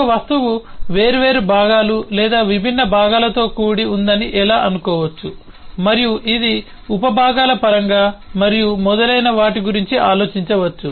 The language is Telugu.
ఒక వస్తువు వేర్వేరు భాగాలు లేదా విభిన్న భాగాలతో కూడి ఉందని ఎలా అనుకోవచ్చు మరియు ఇది ఉప భాగాల పరంగా మరియు మొదలైన వాటి గురించి ఆలోచించవచ్చు